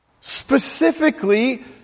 specifically